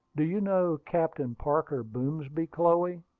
do you know captain parker boomsby, chloe?